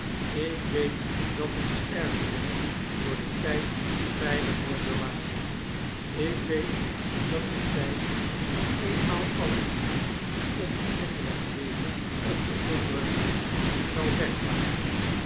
ik weet dat ons erfdeel door den tijd veilig wordt bewaard ik weet dat de tijd eenmaal alien die ons onrecht deden of onderdrukten zal wegvagen